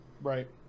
Right